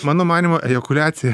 mano manymu ejakuliacija